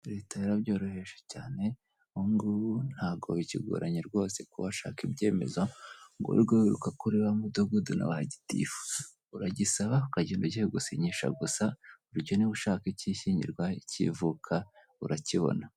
Leta yarabyoroheje cyane ubungubu ntago bi ikigoranye rwose ko washaka ibyemezo, ngo wirirwe wiruka kuri ba mudugudu na ba gitifu uragisaba ukagenda ugiye gusinyisha gusa mu gihe waba ushaka icy'ishyingirwa ik'ivuka urakibona.